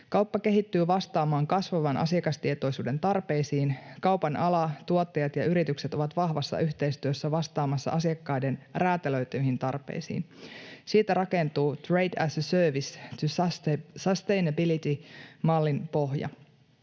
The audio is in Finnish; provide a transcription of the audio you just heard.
Kauppa kehittyy vastaamaan kasvavan asiakastietoisuuden tarpeisiin. Kaupan ala, tuottajat ja yritykset ovat vahvassa yhteistyössä vastaamassa asiakkaiden räätälöityihin tarpeisiin. Siitä rakentuu trade as a service to sustainability ‑mallin pohja,